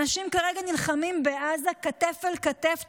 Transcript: אנשים כרגע נלחמים בעזה כתף אל כתף,